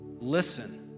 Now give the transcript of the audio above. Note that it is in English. listen